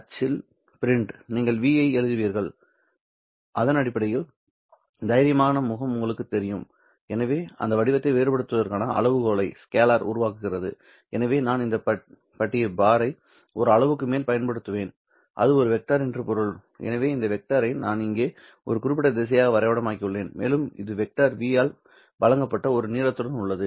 அச்சில் நீங்கள் v ஐ எழுதுவீர்கள் அதன் அடிப்படையில் தைரியமான முகம் உங்களுக்குத் தெரியும் எனவே அந்த வடிவத்தை வேறுபடுத்துவதற்காக அளவுகோலை உருவாக்குகிறது எனவே நான் இந்த பட்டியை ஒரு அளவுக்கு மேல் பயன்படுத்துவேன் அது ஒரு வெக்டர் என்று பொருள் எனவே இந்த வெக்டரை நான் இங்கே ஒரு குறிப்பிட்ட திசையாக வரைபடமாக்கியுள்ளேன் மேலும் இது வெக்டர் V ஆல் வழங்கப்பட்ட ஒரு நீளத்துடன் உள்ளது